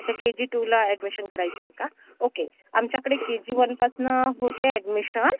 अच्छा K G टूला admission करायची आहे का ओके आमच्याकडे के जी वनपासनं होते ॲडमिशन